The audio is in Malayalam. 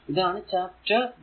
ഇതാണ് ചാപ്റ്റർ 1